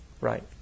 right